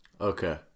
okay